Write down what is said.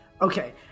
Okay